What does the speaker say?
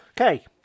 okay